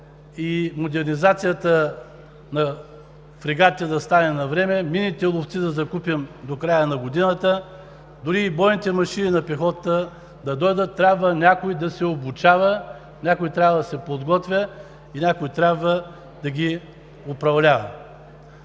и модернизацията на фрегатите да стане навреме, минните ловци да закупим до края на годината, дори и бойните машини на пехотата да дойдат – трябва някой да се обучава, някой трябва да се подготвя и някой трябва да ги управлява.